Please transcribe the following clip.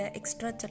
extra